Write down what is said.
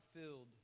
filled